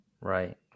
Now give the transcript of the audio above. Right